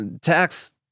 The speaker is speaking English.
tax